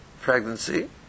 pregnancy